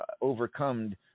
overcome